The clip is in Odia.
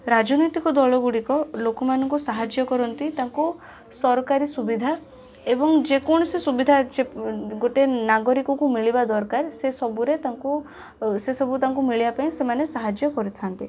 ରାଜନୈତିକ ଦଳଗୁଡ଼ିକ ଲୋକମାନକୁ ସାହାଯ୍ୟ କରନ୍ତି ତାଙ୍କୁ ସରକାରୀ ସୁବିଧା ଏବଂ ଯେକୌଣସି ସୁବିଧା ଯେ ଗୋଟେ ନାଗରିକକୁ ମିଳିବା ଦରକାର ସେସବୁରେ ତାଙ୍କୁ ଅ ସେସବୁ ତାଙ୍କୁ ମିଳିବାପାଇଁ ସେମାନେ ସାହାଯ୍ୟ କରିଥାନ୍ତି